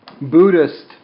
Buddhist